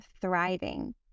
thriving